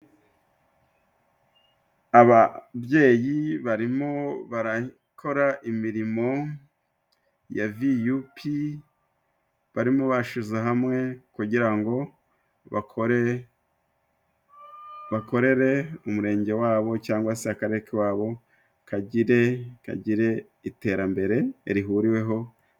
Ababyeyi barimo barakora imirimo ya viyupi. Barimo bashyize hamwe kugira ngo bakore bakorere umurenge wabo cyangwa se akarere k'iwabo kagire iterambere rihuriweho.